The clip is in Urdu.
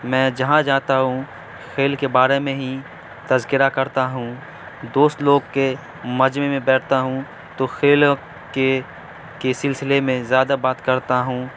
میں جہاں جاتا ہوں کھیل کے بارے میں ہی تذکرہ کرتا ہوں دوست لوگ کے مجمع میں بیٹھتا ہوں تو کھیلوں کے کے سلسلے میں زیادہ بات کرتا ہوں